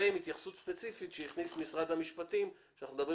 עם התייחסות ספציפית שהכניס משרד המשפטים כשאנחנו מדברים